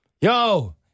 Yo